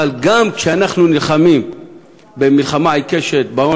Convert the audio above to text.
אבל גם כשאנחנו נלחמים מלחמה עיקשת בהון